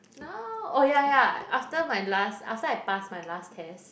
no oh ya ya after my last after I pass my last test